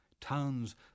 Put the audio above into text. Towns